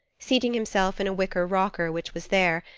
seating himself in a wicker rocker which was there,